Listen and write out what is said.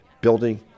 building